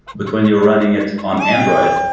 but when you're running it on android,